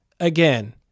Again